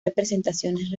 representaciones